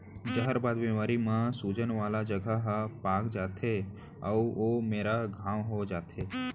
जहरबाद बेमारी म सूजन वाला जघा ह पाक जाथे अउ ओ मेरा घांव हो जाथे